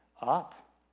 up